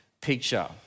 picture